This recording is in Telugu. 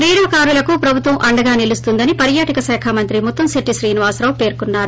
క్రీడాకారులకు ప్రభుత్వం అండగా నిలుస్తుందని పర్యాటక శాఖ మంత్రి ముత్తంశెట్టి శ్రీనివాసరావు పేర్కొన్నారు